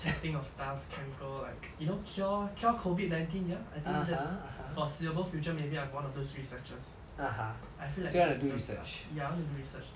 I think of stuff chemical like you know cure cure COVID nineteen ya I think that's foreseeable future maybe I'm one of those researchers I feel like research stuff ya I want to do research stuff